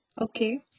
Okay